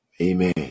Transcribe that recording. Amen